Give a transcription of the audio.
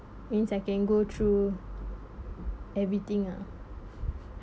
means I can go through everything ah